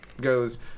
goes